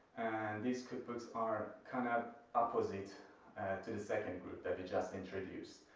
these cookbooks are kind of opposite to the second group that we just introduced.